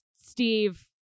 Steve